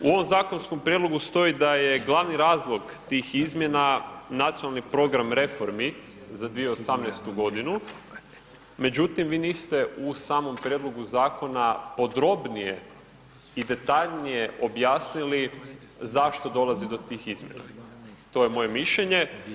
U ovom zakonskom prijedlogu stoji da je glavni razlog tih izmjena Nacionalni program reformi za 2018. godinu, međutim vi niste u samom prijedlogu zakona podrobnije i detaljnije objasnili zašto dolazi do tih izmjena, to je moje mišljenje.